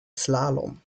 slalom